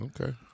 Okay